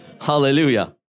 hallelujah